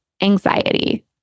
anxiety